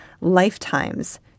lifetimes